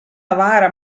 avara